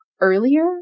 earlier